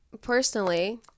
personally